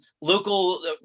local